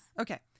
Okay